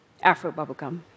Afro-bubblegum